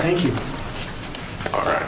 think you are